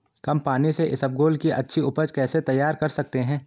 कम पानी से इसबगोल की अच्छी ऊपज कैसे तैयार कर सकते हैं?